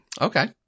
Okay